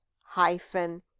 hyphen